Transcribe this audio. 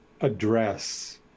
address